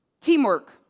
Teamwork